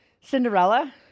Cinderella